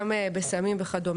גם בסמים וכד',